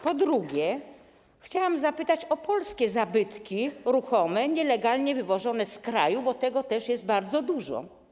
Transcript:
Po drugie, chciałam zapytać o polskie zabytki ruchome nielegalnie wywożone z kraju, bo tego też jest bardzo dużo.